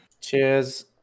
Cheers